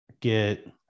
get